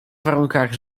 warunkach